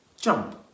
Jump